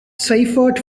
seifert